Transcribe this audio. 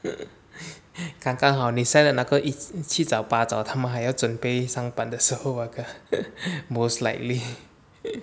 刚刚好你 send 的那个一七早八早他们还要准备上班的时候 ah 可能 most likely